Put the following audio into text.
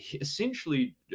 essentially